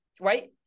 right